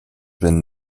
been